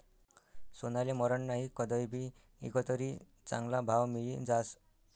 सोनाले मरन नही, कदय भी ईकं तरी चांगला भाव मियी जास